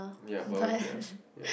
ya volunteer ya